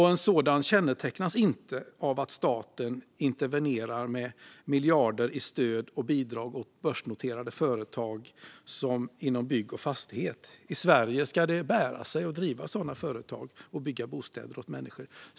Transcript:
En sådan kännetecknas inte av att staten intervenerar med miljarder i stöd och bidrag åt börsnoterade företag inom bygg och fastighet. I Sverige ska det bära sig att driva sådana företag och bygga bostäder åt människor.